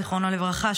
זיכרונו לברכה,